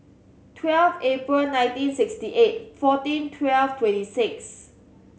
twelve April nineteen sixty eight fourteen twelve twenty six